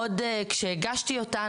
עוד כשהגשתי אותה,